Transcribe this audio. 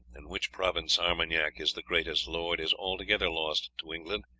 in which province armagnac is the greatest lord, is altogether lost to england,